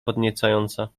podniecająca